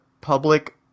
public